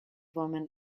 women